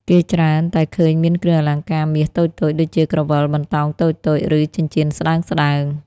គេច្រើនតែឃើញមានគ្រឿងអលង្ការមាសតូចៗ ដូចជា ក្រវិល បន្តោងតូចៗ ឬចិញ្ចៀនស្ដើងៗ។